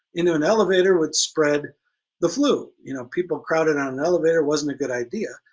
into an elevator would spread the flu, you know people crowded on an elevator wasn't a good idea,